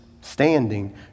standing